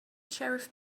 sheriff